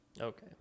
Okay